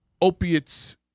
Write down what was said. opiates